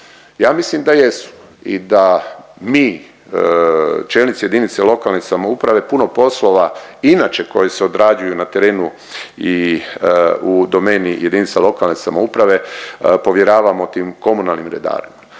Ja mislim da jesu i da mi čelnici jedinice lokalne samouprave puno poslova inače koji se odrađuju na terenu i u domeni jedinica lokalne samouprave povjeravamo tim komunalnim redarima,